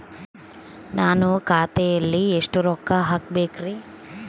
ನಾನು ಖಾತೆಯಲ್ಲಿ ಎಷ್ಟು ರೊಕ್ಕ ಹಾಕಬೇಕ್ರಿ?